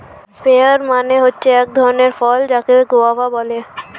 pair মানে হচ্ছে এক ধরণের ফল যাকে গোয়াভা বলে